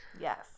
Yes